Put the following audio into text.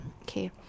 Okay